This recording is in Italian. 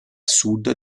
sud